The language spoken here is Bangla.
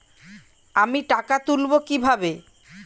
আমি টাকা তুলবো কি ভাবে?